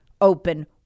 open